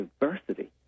diversity